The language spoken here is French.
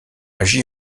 agit